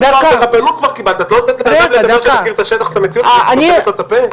את לא נותנת לבן אדם לדבר שמכיר את השטח במציאות ואת סותמת לו את הפה?